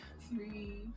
three